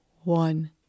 One